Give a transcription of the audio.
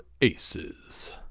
Aces